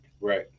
right